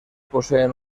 poseen